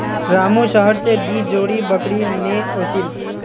रामू शहर स दी जोड़ी बकरी ने ओसील